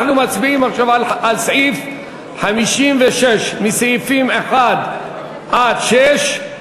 אנחנו מצביעים עכשיו על סעיף 56 מ-(1) עד (6),